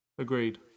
Agreed